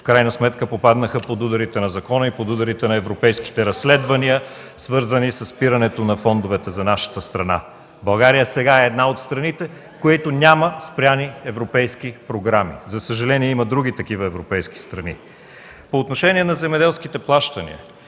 в крайна сметка попаднаха под ударите на закона и под ударите на европейските разследвания, свързани със спирането на фондовете за нашата страна. България сега е една от страните, които нямат спрени европейски програми. За съжаление, има други такива европейски страни. По отношение на земеделските плащания